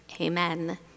amen